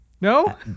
No